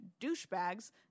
douchebags